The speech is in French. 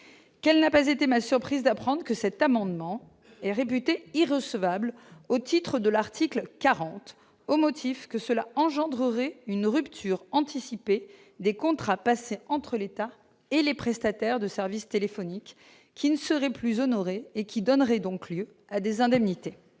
qu'elle n'a pas été ma surprise d'apprendre que cet amendement est réputé irrecevables au titre de l'article 40 au motif que cela engendrerait une rupture anticipée des contrats passés entre l'État et les prestataires de services téléphoniques qui ne serait plus honorer et qui donnerait donc lieu à des indemnités,